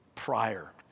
prior